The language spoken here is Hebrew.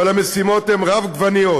אבל המשימות הן רבגוניות.